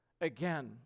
again